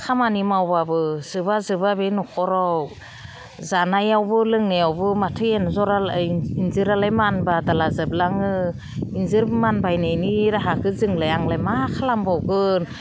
खामानि मावबाबो जोबा जोबा बे न'खराव जानायावबो लोंनायावबो माथो एन्जरालाय मानला जोबलाङो एन्जर मानबायनायनि राहाखौ जोंलाय आंलाय मा खालामबावगोन